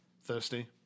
thirsty